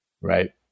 right